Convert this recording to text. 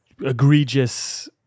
egregious